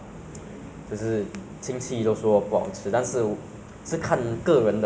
ah 那个茨园 ah 小贩中心那一摊是举要吃的 lah